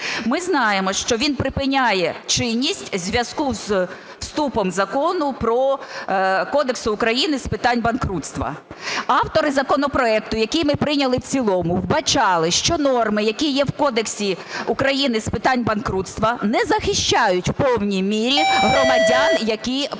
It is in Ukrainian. Ми знаємо, що він припиняє чинність у зв'язку з вступом Закону про Кодекс України з питань банкрутства. Автори законопроекту, який ми прийняли в цілому, вбачали, що норми, які є в Кодексі України з питань банкрутства, не захищають в повній мірі громадян, які придбали